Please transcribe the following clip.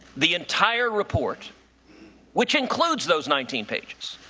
the entire report which includes those nineteen pages.